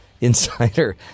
insider